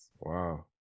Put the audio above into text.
Wow